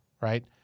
right